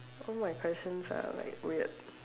all my questions are like weird